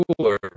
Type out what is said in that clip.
cooler